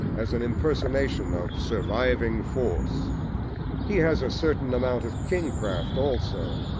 as an impersonation of surviving force he has a certain amount of kingcraft also,